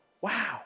wow